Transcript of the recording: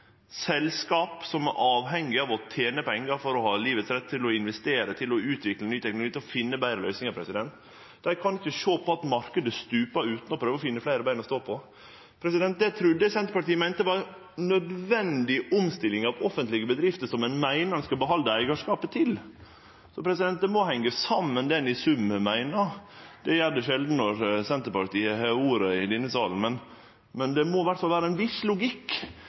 av å tene pengar for å ha livets rett, til å investere, til å utvikle ny teknologi, til å finne betre løysingar, kan ikkje sjå på at marknaden stuper, utan å prøve finne fleire bein å stå på. Det trudde eg Senterpartiet meinte var ei nødvendig omstilling av offentlege bedrifter som ein meiner ein skal behalde eigarskapen til. Det må henge saman, det ein i sum meiner. Det gjer det sjeldan når Senterpartiet har ordet i denne salen, men det må i alle fall vere ein viss logikk